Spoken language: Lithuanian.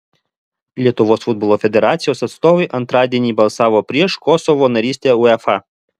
lietuvos futbolo federacijos atstovai antradienį balsavo prieš kosovo narystę uefa